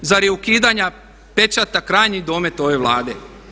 Zar je ukidanja pečata krajnji domet ove Vlade?